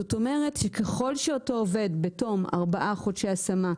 זאת אומרת שככל שאותו עובד בתום ארבעה חודשי השמה,